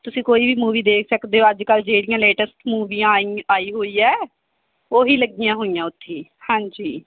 ਤੁਸੀਂ ਕੋਈ ਵੀ ਮੂਵੀ ਦੇਖ ਸਕਦੇ ਹੋ ਅੱਜ ਕੱਲ੍ਹ ਜਿਹੜੀਆਂ ਲੇਟੈਸਟ ਮੂਵੀਆਂ ਆਈ ਆਈ ਹੋਈ ਹੈ ਉਹੀ ਲੱਗੀਆਂ ਹੋਈਆਂ ਉੱਥੇ ਹਾਂਜੀ